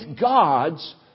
God's